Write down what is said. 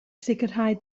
sicrhau